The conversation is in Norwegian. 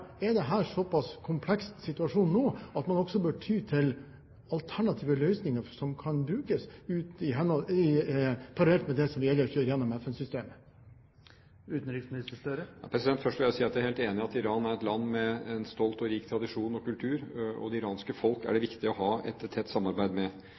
Er det en såpass kompleks situasjon nå at man også bør ty til alternative løsninger som kan brukes parallelt med det som vi ellers gjør gjennom FN-systemet? Først vil jeg si at jeg er helt enig i at Iran er et land med en stolt og rik tradisjon og kultur, og det iranske folk er det viktig å ha et tett samarbeid med.